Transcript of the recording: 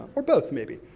or both, maybe.